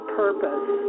purpose